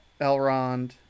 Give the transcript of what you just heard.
Elrond